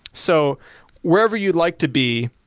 so wherever you'd like to be,